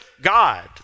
God